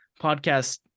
podcast